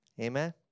Amen